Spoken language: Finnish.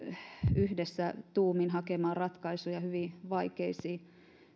yhdessä tuumin hakemaan ratkaisuja hyvin vaikeisiin